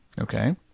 Okay